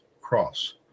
cross